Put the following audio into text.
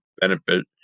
benefit